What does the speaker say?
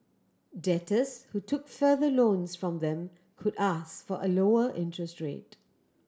debtors who took further loans from them could ask for a lower interest rate